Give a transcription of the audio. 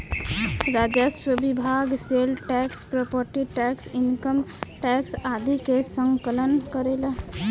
राजस्व विभाग sale tax property tax income tax आदि के संकलन करेला